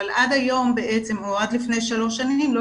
אבל עד היום או עד לפני שלוש שנים לא